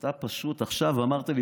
אתה פשוט עכשיו אמרת לי,